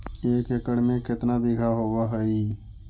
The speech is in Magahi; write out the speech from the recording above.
एक एकड़ में केतना बिघा होब हइ?